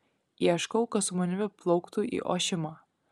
ieškau kas su manimi plauktų į ošimą